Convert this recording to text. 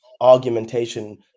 argumentation